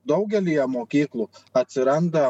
daugelyje mokyklų atsiranda